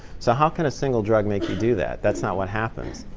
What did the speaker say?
so how can a single drug make you do that? that's not what happens.